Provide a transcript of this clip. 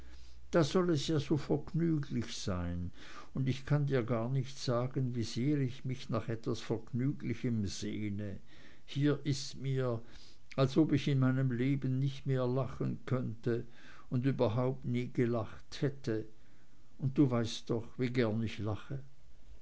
da soll es ja so vergnüglich sein und ich kann dir gar nicht sagen wie sehr ich mich nach etwas vergnüglichem sehne hier ist mir als ob ich in meinem ganzen leben nicht mehr lachen könnte und überhaupt nie gelacht hätte und du weißt doch wie gern ich lache